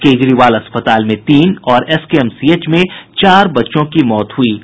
केजरीवाल अस्पताल में तीन और एसकेएमसीएच में चार बच्चों की मौत हुई है